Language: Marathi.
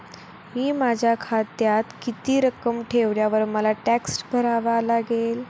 मी माझ्या खात्यात किती रक्कम ठेवल्यावर मला टॅक्स भरावा लागेल?